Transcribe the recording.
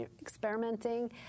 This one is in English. experimenting